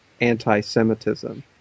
anti-Semitism